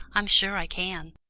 i'm sure i can.